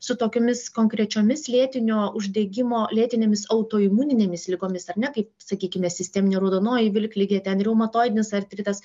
su tokiomis konkrečiomis lėtinio uždegimo lėtinėmis autoimuninėmis ligomis ar ne kaip sakykime sisteminė raudonoji vilkligė ten reumatoidinis artritas